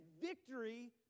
Victory